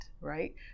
right